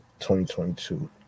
2022